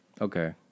Okay